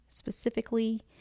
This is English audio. specifically